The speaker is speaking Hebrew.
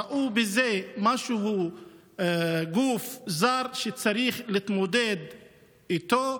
ראו בזה גוף זר שצריך להתמודד איתו,